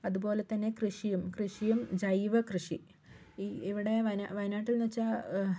അതുപോലെ തന്നെ കൃഷിയും കൃഷിയും ജൈവകൃഷി ഇവടെ വയ വയനാട്ടിൽ വെച്ചാൽ